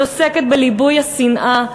היא עוסקת בליבוי השנאה,